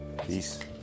Peace